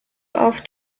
off